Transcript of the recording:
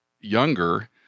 younger